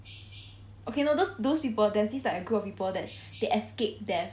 okay no those those people there's this like a group of people that they escaped death